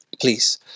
please